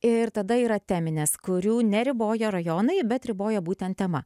ir tada yra teminės kurių neriboja rajonai bet riboja būtent tema